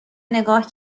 نگاه